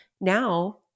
now